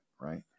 right